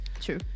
true